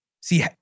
See